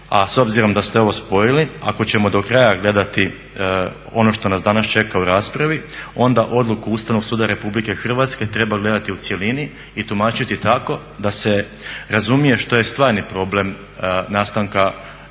A s obzirom da ste ovo spojili, ako ćemo do kraja gledati ono što nas danas čeka u raspravi onda odluku Ustavnog suda RH treba gledati u cjelini i tumačiti tako da se razumije što je stvarni problem nastanka ovih